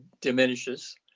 diminishes